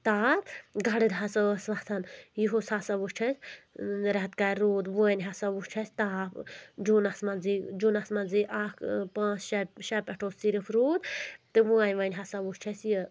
تاپھ گَرٕد ہسا ٲسۍ وَتھَن یُہُس ہسا وُچھ اَسہِ رؠتہٕ کالہِ روٗد ؤنۍ ہسا وُچھ اَسہِ تاپھ جوٗنَس منٛزٕے جوٗنَس منٛزٕے اکھ پانٛژھ شےٚ شےٚ پؠٹھ اوس صرف روٗد تہٕ ؤنۍ ؤنۍ ہسا وُچھ اَسہِ یہِ